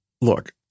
look